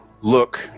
look